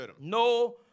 No